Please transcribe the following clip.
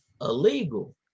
illegal